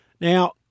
Now